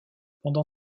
pendant